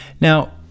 now